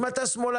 אם אתה שמאלני,